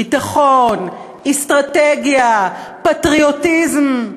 ביטחון, אסטרטגיה, פטריוטיזם,